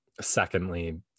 secondly